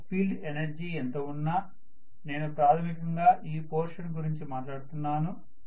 నాకు field energy ఎంత ఉన్నా నేను ప్రాథమికంగా ఈ పోర్షన్ గురించి మాట్లాడుతున్నాను